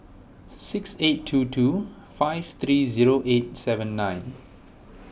six eight two two five three zero eight seven nine